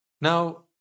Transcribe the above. Now